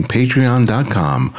Patreon.com